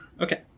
Okay